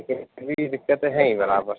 ابھی بھی دقتیں ہیں برابر